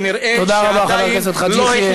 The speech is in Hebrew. שכנראה עדיין לא החליף דיסק